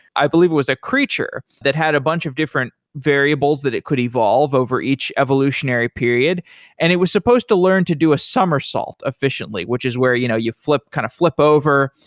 i believe it was a creature that had a bunch of different variables that it could evolve over each evolutionary period and it was supposed to learn to do a summersault efficiently, which is where you know you kind of flip over.